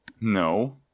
No